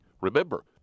Remember